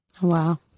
Wow